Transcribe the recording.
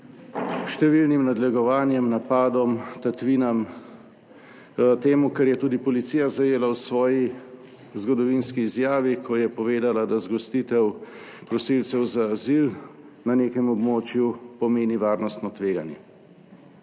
številnim nadlegovanjem, napadom, tatvinam, temu, kar je tudi policija zajela v svoji zgodovinski izjavi, ko je povedala, da zgostitev prosilcev za azil na nekem območju pomeni varnostno tveganje.